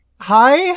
hi